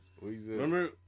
remember